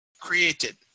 created